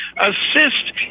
assist